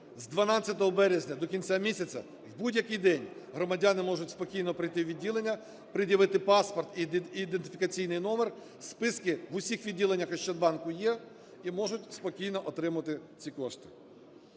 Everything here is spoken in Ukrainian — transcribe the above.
З 12 березня до кінця місяця в будь-який день громадяни можуть спокійно прийти у відділення, пред'явити паспорт і ідентифікаційний номер - списки в усіх відділеннях "Ощадбанку" є, - і можуть спокійно отримувати ці кошти.